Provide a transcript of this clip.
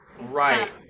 right